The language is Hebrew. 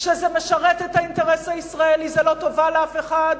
שזה משרת את האינטרס הישראלי, זה לא טובה לאף אחד,